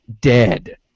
dead